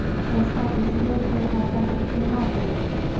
पैसा दूसरे के खाता में केना भेजबे?